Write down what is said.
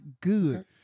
good